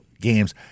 games